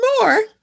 more